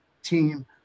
team